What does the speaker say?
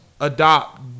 adopt